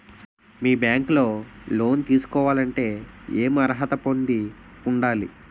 మీ bank లో loan తీసుకోవాలంటే ఎం అర్హత పొంది ఉండాలి?